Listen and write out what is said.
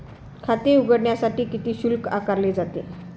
खाते उघडण्यासाठी किती शुल्क आकारले जाते?